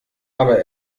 aber